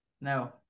No